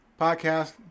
podcast